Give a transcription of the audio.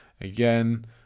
again